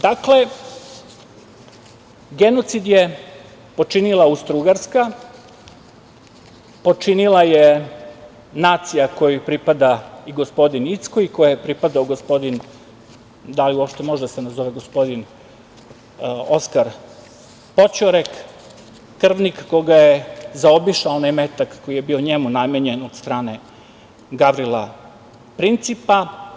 Dakle, genocid je počinila Austro-ugarska, počinila je nacija kojoj pripada i gospodin Incko i kojoj je pripadao i gospodin, da li uopšte može da se nazove gospodin, Oskar Poćorek, krvnik koga je zaobišao onaj metak koji je bio njemu namenjen, od strane Gavrila Principa.